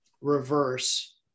reverse